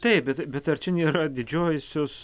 taip bet bet ar čia nėra didžiosios